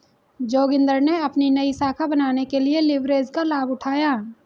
जोगिंदर ने अपनी नई शाखा बनाने के लिए लिवरेज का लाभ उठाया